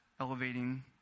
elevating